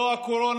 לא הקורונה